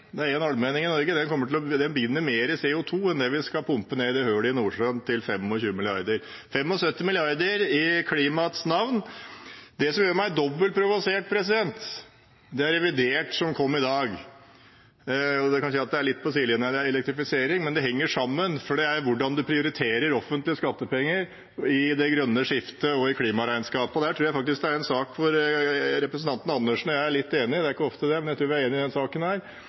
en allmenning i Norge, mer CO 2 enn det vi skal pumpe ned i hullet i Nordsjøen til 25 mrd. kr. 75 mrd. kr i klimaets navn! Det som gjør meg dobbelt provosert, er revidert nasjonalbudsjett som kom i dag. Man kan si det er litt på sidelinjen av elektrifisering, men det henger sammen, for det gjelder hvordan man prioriterer offentlige skattepenger i det grønne skiftet og i klimaregnskapet. Der tror jeg faktisk det er en sak representanten Andersen og jeg er litt enige om – det er ikke ofte, det, men jeg tror vi er enige i denne saken.